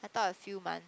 I thought a few month